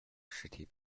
实体